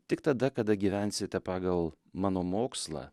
tik tada kada gyvensite pagal mano mokslą